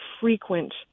frequent